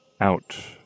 Out